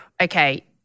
Okay